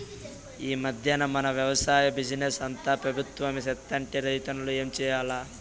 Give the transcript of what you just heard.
ఈ మధ్దెన మన వెవసాయ బిజినెస్ అంతా పెబుత్వమే సేత్తంటే రైతన్నలు ఏం చేయాల్ల